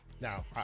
Now